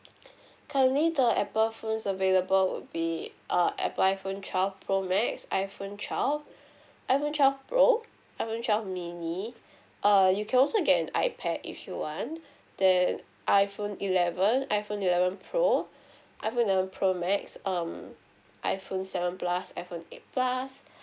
currently the Apple phones available would be err apple iPhone twelve pro max iPhone twelve iPhone twelve pro iPhone twelve mini err you can also get an iPad if you want then iPhone eleven iPhone eleven pro iPhone eleven pro max um iPhone seven plus iPhone eight plus